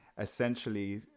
essentially